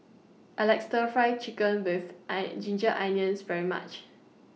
I like Stir Fry Chicken with Ginger Onions very much